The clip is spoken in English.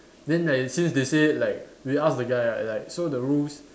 then like since they say like we ask the guy ah like so the rules